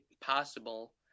possible